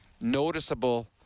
noticeable